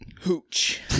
Hooch